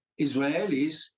Israelis